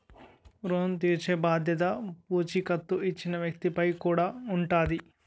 ఋణం తీర్చేబాధ్యత పూచీకత్తు ఇచ్చిన వ్యక్తి పై కూడా ఉంటాది